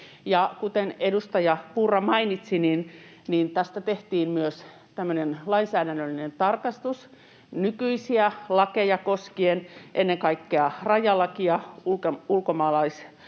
kuten edustaja Purra mainitsi, tästä tehtiin myös tämmöinen lainsäädännöllinen tarkastus nykyisiä lakeja koskien, ennen kaikkea raja- ja ulkomaalaislakia